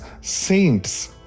saints